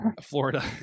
Florida